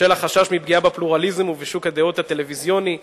"בשל החשש מפגיעה בפלורליזם ובשוק הדעות הטלוויזיוני,